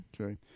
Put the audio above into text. Okay